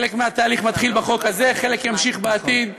חלק מהתהליך מתחיל בחוק הזה, חלק יימשך בעתיד,